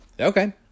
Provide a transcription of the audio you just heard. Okay